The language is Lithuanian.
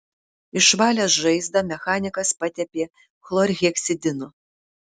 išvalęs žaizdą mechanikas patepė chlorheksidinu